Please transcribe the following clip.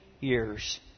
years